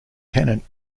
tenant